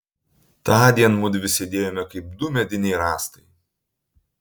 tądien mudvi sėdėjome kaip du mediniai rąstai